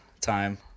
time